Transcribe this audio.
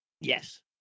yes